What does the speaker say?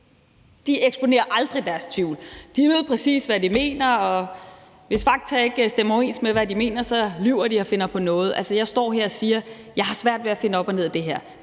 eksponerer aldrig deres tvivl. De ved, præcis hvad de mener, og hvis fakta ikke stemmer overens med, hvad de mener, lyver de og finder på noget. Jeg står her og siger: Jeg har svært ved at finde ud af, hvad der er